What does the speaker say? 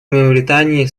мавритании